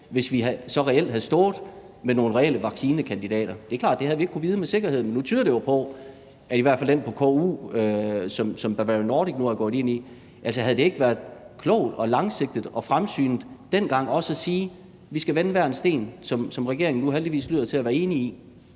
hvis vi i dag så reelt havde stået med nogle reelle vaccinekandidater. Det er klart, at vi ikke havde kunnet vide det med sikkerhed, men nu tyder det jo på, at i hvert fald den på KU, som Bavarian Nordic nu er gået ind i, er det. Altså, havde det ikke været klogt og langsigtet og fremsynet også dengang at sige: Vi skal vende hver en sten? Og det lyder det heldigvis til at regeringen